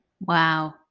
Wow